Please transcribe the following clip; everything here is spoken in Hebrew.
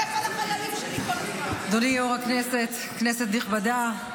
אדוני יו"ר הישיבה, כנסת נכבדה,